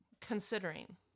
considering